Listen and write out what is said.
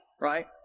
Right